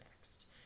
next